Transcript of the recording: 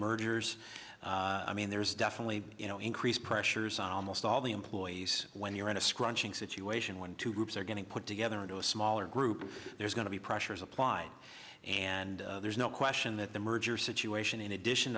mergers i mean there's definitely you know increased pressures on almost all the employees when you're in a scrunching situation when two groups are going to put together into a smaller group there's going to be pressures applied and there's no question that the merger situation in addition